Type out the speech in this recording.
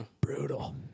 Brutal